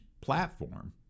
platform